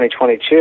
2022